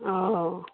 ओ हो